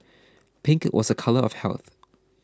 pink was a colour of health